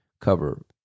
cover